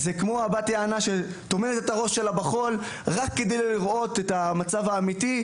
זה כמו היען שטומנת את הראש שלה בחול רק כדי לא לראות את המצב האמיתי,